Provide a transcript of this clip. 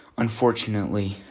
Unfortunately